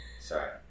Sorry